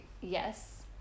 yes